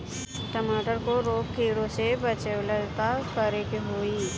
टमाटर को रोग कीटो से बचावेला का करेके होई?